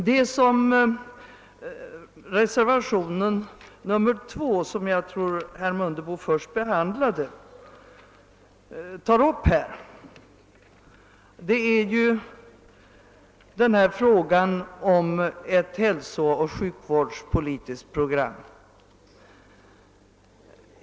Det som tas upp i reservationen 2, som herr Mundebo först behandlade, gäller frågan om ett hälsooch sjukvårdspolitiskt program.